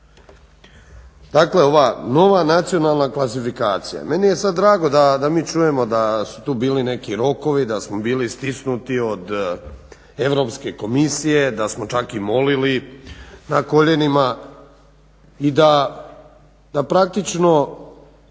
Dakle ova nacionalna klasifikacija. Meni je sad drago da mi čujemo da su tu bili neki rokovi, da smo bili stisnuti od Europske komisije, da smo čak i molili na koljenima i da praktično